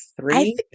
three